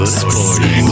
sporting